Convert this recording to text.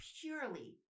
purely